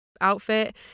outfit